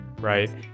right